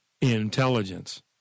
intelligence